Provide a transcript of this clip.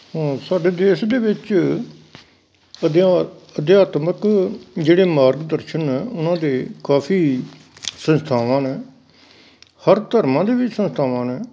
ਸਾਡੇ ਦੇਸ਼ ਦੇ ਵਿੱਚ ਅਧਿਆ ਅਧਿਆਤਮਿਕ ਜਿਹੜੇ ਮਾਰਗ ਦਰਸ਼ਨ ਨੇ ਉਹਨਾਂ ਦੇ ਕਾਫੀ ਸੰਸਥਾਵਾਂ ਨੇ ਹਰ ਧਰਮਾਂ ਦੇ ਵਿੱਚ ਸੰਸਥਾਵਾਂ ਨੇ